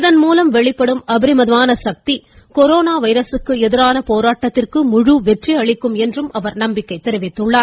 இதன்மூலம் வெளிப்படும் அபரிமிதமான சக்தி கொரோனா வைரசுக்கு எதிரான போராட்டத்திற்கு முழு வெற்றி அளிக்கும் என அவர் நம்பிக்கை தெரிவித்துள்ளார்